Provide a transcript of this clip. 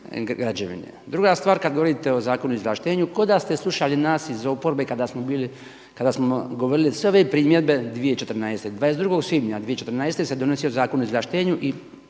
Druga stvar kada govorite o Zakonu o izvlaštenju, kao da ste slušali nas iz oporbe kada smo bili, kada smo govorili sve ove primjedbe 2014., 22. svibnja 2014. se donosio Zakon o izvlaštenju i